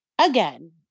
Again